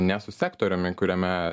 ne su sektoriumi kuriame